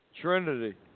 Trinity